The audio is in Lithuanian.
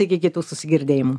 iki kitų susigirdėjimų